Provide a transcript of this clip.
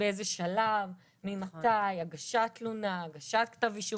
באיזה שלב, ממתי, הגשת תלונה, הגשת כתב אישום.